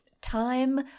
Time